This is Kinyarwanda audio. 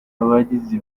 abagizi